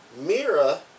Mira